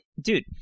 dude